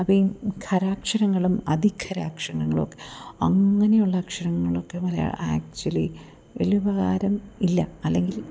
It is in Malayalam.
അപ്പം ഈ ഖരാക്ഷരങ്ങളും അതിഖരാക്ഷരങ്ങളും ഒക്കെ അങ്ങനെയുള്ള അക്ഷരങ്ങളൊക്കെ മലയാ ആക്ച്വലി വലിയ ഉപകാരം ഇല്ല അല്ലെങ്കിൽ